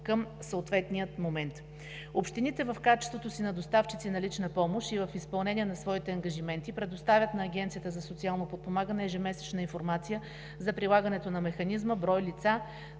към съответния момент. Общините, в качеството си на доставчици на лична помощ и в изпълнение на своите ангажименти, предоставят на Агенцията за социално подпомагане ежемесечна информация за прилагането на Механизма – брой лица,